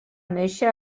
néixer